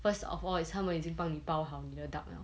first of all it's 他们已经帮你包好你的 duck liao